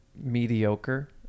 mediocre